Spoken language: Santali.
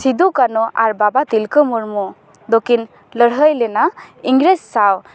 ᱥᱤᱫᱩ ᱠᱟᱹᱱᱦᱩ ᱟᱨ ᱵᱟᱵᱟ ᱛᱤᱞᱠᱟᱹ ᱢᱩᱨᱢᱩ ᱫᱚᱠᱤᱱ ᱞᱟᱹᱲᱦᱟᱹᱭ ᱞᱮᱱᱟ ᱤᱝᱨᱮᱡᱽ ᱥᱟᱶ